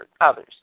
others